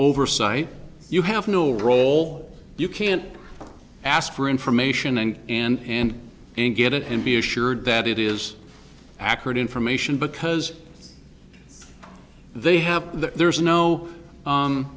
oversight you have no role you can't ask for information and and and get it and be assured that it is accurate information because they have there's no